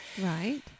right